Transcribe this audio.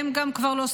גם הם כבר לא סובלים.